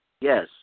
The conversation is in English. Yes